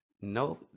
no